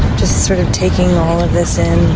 just sort of taking all of this in.